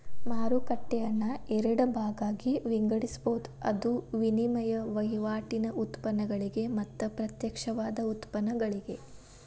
ಮಾರುಕಟ್ಟೆಯನ್ನ ಎರಡ ಭಾಗಾಗಿ ವಿಂಗಡಿಸ್ಬೊದ್, ಅದು ವಿನಿಮಯ ವಹಿವಾಟಿನ್ ಉತ್ಪನ್ನಗಳಿಗೆ ಮತ್ತ ಪ್ರತ್ಯಕ್ಷವಾದ ಉತ್ಪನ್ನಗಳಿಗೆ